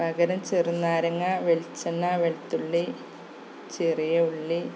പകരം ചെറുനാരങ്ങാ വെളിച്ചെണ്ണ വെളുത്തുള്ളി ചെറിയ ഉള്ളി